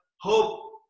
hope